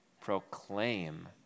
proclaim